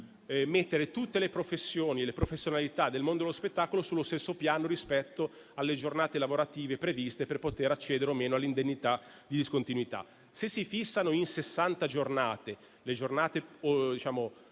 mettere tutte le professioni e le professionalità del mondo dello spettacolo sullo stesso piano rispetto alle giornate lavorative previste per poter accedere o meno all'indennità di discontinuità. Se si fissa in sessanta giornate